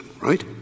right